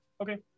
Okay